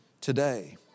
today